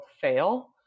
fail